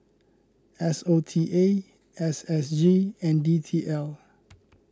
S O T A S S G and D T L